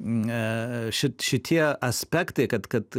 šit šitie aspektai kad kad